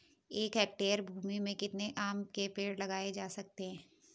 एक हेक्टेयर भूमि में कितने आम के पेड़ लगाए जा सकते हैं?